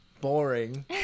Boring